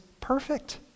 perfect